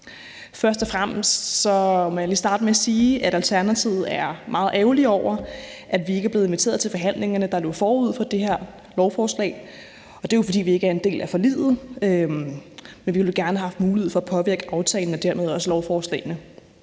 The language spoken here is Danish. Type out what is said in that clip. Først og fremmest må jeg lige starte med at sige, at vi i Alternativet er meget ærgerlige over, at vi ikke er blevet inviteret til forhandlingerne, der lå forud for det her lovforslag, og det er jo, fordi vi ikke er en del af forliget. Vi ville gerne have haft mulighed for at påvirke aftalen og dermed også lovforslaget,